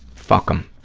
fuck them.